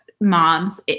moms